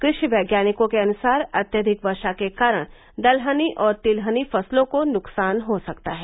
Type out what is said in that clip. कृषि वैज्ञानिकों के अनुसार अत्यधिक वर्षा के कारण दलहनी और तिलहनी फसलों को नुकसान हो सकता है